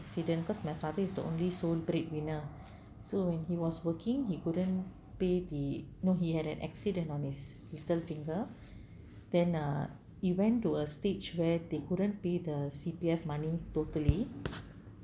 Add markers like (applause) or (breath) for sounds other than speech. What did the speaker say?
accident cause my father is the only sole breadwinner so when he was working he couldn't pay the no he had an accident on his little finger (breath) then uh he went to a stage where they couldn't pay the C_P_F money totally